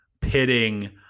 pitting